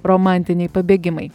romantiniai pabėgimai